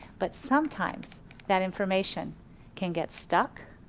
but sometimes that information can get stuck,